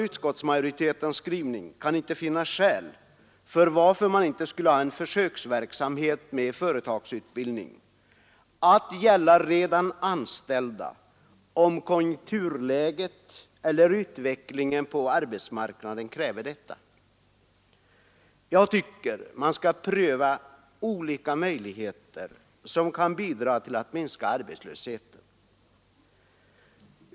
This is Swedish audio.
Utskottsmajoriteten kan inte finna något skäl för att man inte skulle ha en försöksverksamhet med en företagsutbildning för redan anställda om konjunkturläget eller utvecklingen på arbetsmarknaden kräver detta. Jag anser att man bör pröva olika möjligheter att minska arbetslösheten.